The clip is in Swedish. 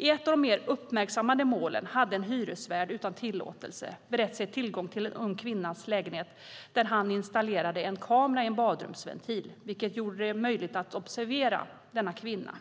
I ett av de mer uppmärksammade målen hade en hyresvärd utan tillåtelse berett sig tillgång till en ung kvinnas lägenhet, där han installerat en kamera i en badrumsventil, vilken gjorde det möjligt att observera kvinnan.